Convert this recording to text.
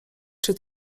czy